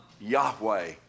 Yahweh